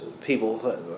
people